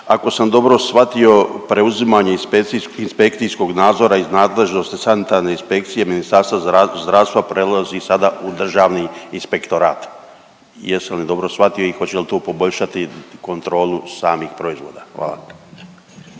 Ako sam dobro shvatio, preuzimanje inspekcijskog nadzora iz nadležnosti sanitarne inspekcije Ministarstva zdravstva prelazi sada u Državni inspektorat. Jesam li dobro shvatio i hoće li to poboljšati kontrolu samih proizvoda? Hvala.